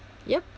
yup